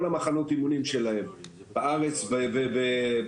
כל המחנות אימונים שלהם בארץ ובעולם,